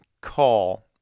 call